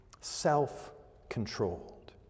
self-controlled